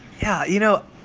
yeah. you know,